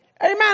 Amen